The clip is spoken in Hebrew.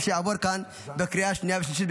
ושיעבור כאן בקריאה שנייה ושלישית,